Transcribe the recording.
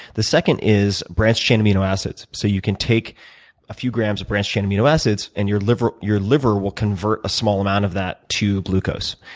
the second is branched chain amino acids. so you can take a few grams of branched chain amino acids and your liver your liver will convert a small amount of that to glucose,